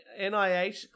NIH